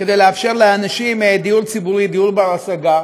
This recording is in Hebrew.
כדי לאפשר לאנשים דיור ציבורי, דיור בר-השגה,